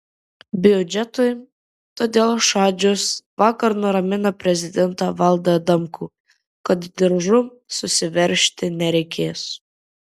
biudžetui todėl šadžius vakar nuramino prezidentą valdą adamkų kad diržų susiveržti nereikės